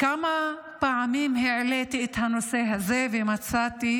כמה פעמים העליתי את הנושא הזה ומצאתי